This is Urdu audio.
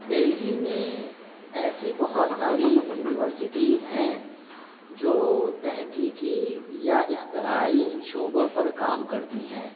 دلہی میں ایسی بہت ساری یونیورسٹیز ہیں جو تحقیقی یا اختراعی شعبوں پر کام کرتی ہیں